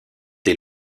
des